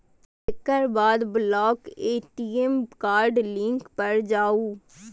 एकर बाद block ATM card link पर जाउ